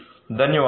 ధన్యవాదాలు